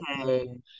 okay